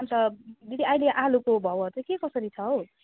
अन्त दिदी अहिले आलुको भाउहरू चाहिँ के कसरी छ हौ